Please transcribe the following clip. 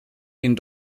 den